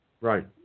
right